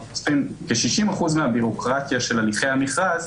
חוסכים כ-60% מהבירוקרטיה של הליכי המכרז,